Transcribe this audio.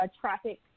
traffic